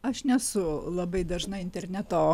aš nesu labai dažna interneto